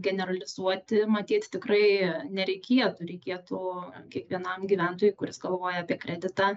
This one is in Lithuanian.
generalizuoti matyt tikrai nereikėtų reikėtų kiekvienam gyventojui kuris galvoja apie kreditą